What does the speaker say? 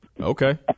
Okay